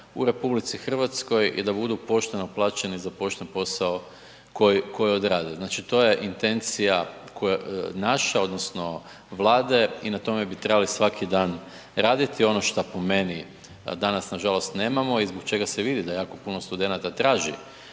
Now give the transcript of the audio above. u RH i da budu pošteno plaćeni za pošteni posao koji rade. To je intencija naša, odnosno Vlade i na tome bi trebali svaki dan raditi, ono što po meni danas nažalost nemamo, i zbog čega se vidi da jako puno studenata traži